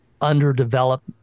underdeveloped